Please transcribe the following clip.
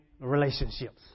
relationships